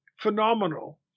phenomenal